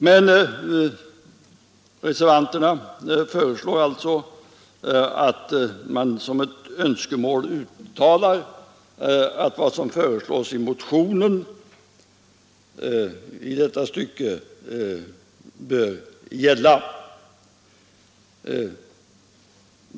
Men reservanterna vill att man som ett önskemål uttalar att vad som föreslås i motionen i detta avseende bör gälla.